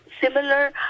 similar